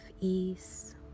ease